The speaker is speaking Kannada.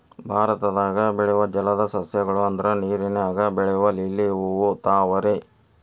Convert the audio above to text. ಭಾರತದಾಗ ಬೆಳಿಯು ಜಲದ ಸಸ್ಯ ಗಳು ಅಂದ್ರ ನೇರಿನಾಗ ಬೆಳಿಯು ಲಿಲ್ಲಿ ಹೂ, ತಾವರೆ